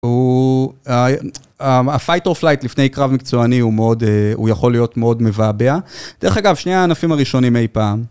הפייט אוף לייט לפני קרב מקצועני הוא מאוד, הוא יכול להיות מאוד מבעבע. דרך אגב, שני הענפים הראשונים אי פעם.